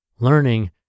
Learning